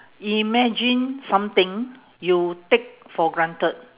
imagine something you take for granted